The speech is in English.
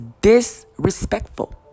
Disrespectful